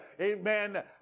Amen